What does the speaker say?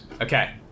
Okay